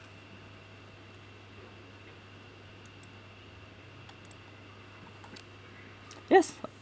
yes